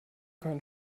kann